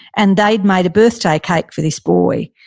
and they'd made a birthday cake for this boy.